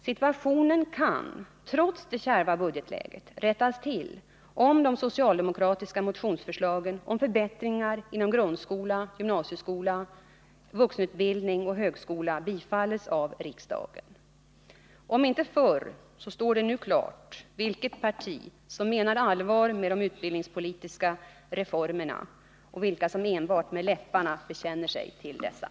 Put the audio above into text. Situationen kan — trots det kärva budgetläget — rättas till, om de socialdemokratiska motionsförslagen om förbättringar inom grundskola, gymnasieskola, vuxenutbildning och högskola bifalles av riksdagen. Om inte förr så står det nu klart vilket parti som menar allvar med de utbildningspolitiska reformerna och vilka som enbart med läpparna bekänner sig till dem.